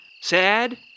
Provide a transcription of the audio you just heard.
Sad